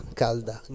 calda